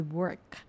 work